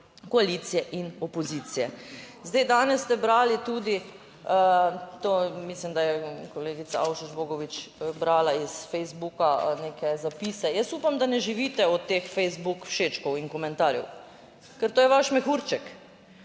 koalicije in opozicije. Zdaj, danes ste brali tudi, to mislim, da je kolegica Avšič Bogovič brala iz Facebooka neke zapise. Jaz upam, da ne živite od teh Facebook všečkov in komentarjev, ker to je vaš mehurček,